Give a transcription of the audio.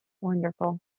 Wonderful